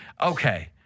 Okay